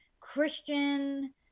Christian